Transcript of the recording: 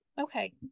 Okay